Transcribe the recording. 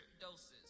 doses